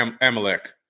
Amalek